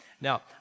Now